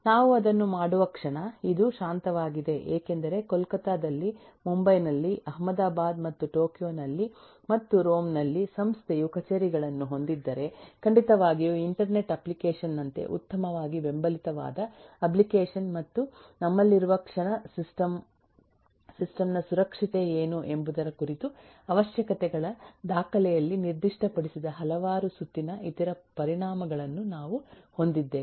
ನಾವು ಅದನ್ನು ಮಾಡುವ ಕ್ಷಣ ಇದು ಶಾಂತವಾಗಿದೆ ಏಕೆಂದರೆ ಕೋಲ್ಕತ್ತಾ ದಲ್ಲಿ ಮುಂಬೈ ನಲ್ಲಿ ಅಹಮದಾಬಾದ್ ಮತ್ತು ಟೋಕಿಯೊ ದಲ್ಲಿ ಮತ್ತು ರೋಮ್ ನಲ್ಲಿ ಸಂಸ್ಥೆಯು ಕಚೇರಿಗಳನ್ನು ಹೊಂದಿದ್ದರೆ ಖಂಡಿತವಾಗಿಯೂ ಇಂಟರ್ನೆಟ್ ಅಪ್ಲಿಕೇಶನ್ ನಂತೆ ಉತ್ತಮವಾಗಿ ಬೆಂಬಲಿತವಾದ ಅಪ್ಲಿಕೇಶನ್ ಮತ್ತು ನಮ್ಮಲ್ಲಿರುವ ಕ್ಷಣ ಸಿಸ್ಟಮ್ನ ಸುರಕ್ಷತೆ ಏನು ಎಂಬುದರ ಕುರಿತು ಅವಶ್ಯಕತೆಗಳ ದಾಖಲೆಯಲ್ಲಿ ನಿರ್ದಿಷ್ಟಪಡಿಸದ ಹಲವಾರು ಸುತ್ತಿನ ಇತರ ಪರಿಣಾಮಗಳನ್ನು ನಾವು ಹೊಂದಿದ್ದೇವೆ